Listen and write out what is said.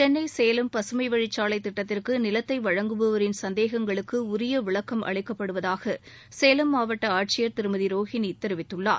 சென்னை சேலம் பசுமைவழிச்சாலை திட்டத்திற்கு நிலத்தை வழங்குபவரின் சந்தேகங்களுக்கு உரிய விளக்கம் அளிக்கப்படுவதாக சேலம் மாவட்ட ஆட்சியர் திருமதி ரோஹிணி தெரிவித்துள்ளார்